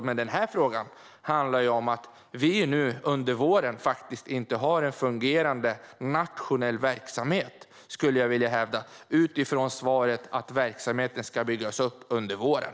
Men denna fråga handlar om att vi nu under våren faktiskt inte har en fungerande nationell verksamhet - jag skulle vilja hävda detta utifrån svaret att verksamheten ska byggas upp under våren.